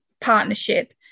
partnership